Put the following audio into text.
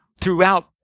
throughout